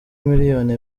miliyoni